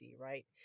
right